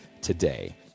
today